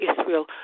Israel